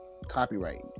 copyright